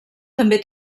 també